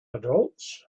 adults